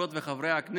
חברות וחברי הכנסת,